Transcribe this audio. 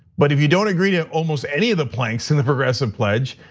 but if you don't agree to almost any of the planks in the progressive pledge,